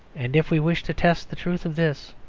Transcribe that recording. and if we wish to test the truth of this,